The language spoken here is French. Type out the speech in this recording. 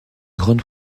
grande